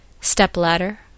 step-ladder